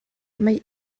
mae